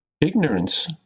ignorance